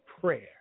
prayer